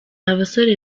abasore